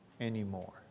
anymore